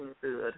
food